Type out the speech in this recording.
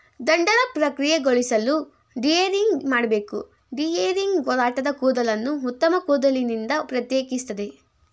ದಂಡನ ಪ್ರಕ್ರಿಯೆಗೊಳಿಸಲು ಡಿಹೇರಿಂಗ್ ಮಾಡ್ಬೇಕು ಡಿಹೇರಿಂಗ್ ಒರಟಾದ ಕೂದಲನ್ನು ಉತ್ತಮ ಕೂದಲಿನಿಂದ ಪ್ರತ್ಯೇಕಿಸ್ತದೆ